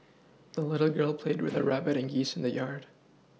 the little girl played with her rabbit and geese in the yard